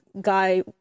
guy